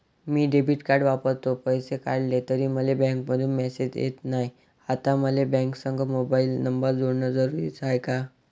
मी debit card वापरतो, पैसे काढले तरी मले बँकेमंधून मेसेज येत नाय, आता मले बँकेसंग मोबाईल नंबर जोडन जरुरीच हाय का?